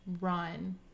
run